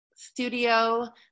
studio